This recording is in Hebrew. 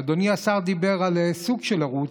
אדוני השר דיבר על סוג של ערוץ,